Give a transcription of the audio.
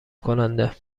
کننده